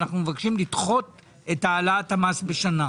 ואנחנו מבקשים לדחות את העלאת המס בשנה.